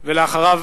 ואחריו,